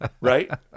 Right